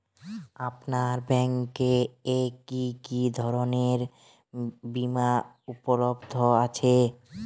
আপনার ব্যাঙ্ক এ কি কি ধরনের বিমা উপলব্ধ আছে?